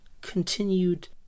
continued